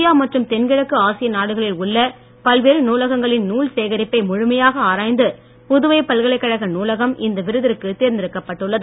India மற்றும் தென்கிழக்கு ஆசிய நாடுகளில் உள்ள பல்வேறு நூலகங்களின் நூல் சேகரிப்பை முழுமையாக ஆராய்ந்து புதுவை பல்கலைக் கழக நூலகம் இந்த விருதிற்கு தேர்ந்தெடுக்கப்பட்டுள்ளது